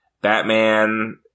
Batman